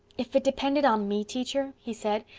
if it depended on me, teacher, he said,